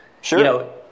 Sure